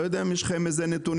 לא יודע אם יש לכם איזה נתונים,